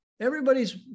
Everybody's